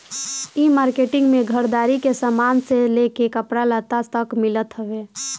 इ मार्किट में घरदारी के सामान से लेके कपड़ा लत्ता तक मिलत हवे